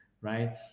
right